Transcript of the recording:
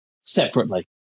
separately